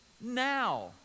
now